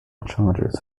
charges